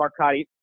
Marcotti